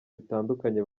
bitandukanye